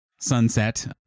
Sunset